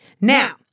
Now